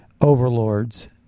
overlords